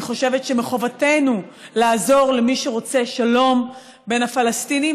אני חושבת שמחובתנו לעזור למי שרוצה שלום בין הפלסטינים.